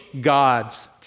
God's